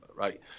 Right